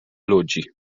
ludzi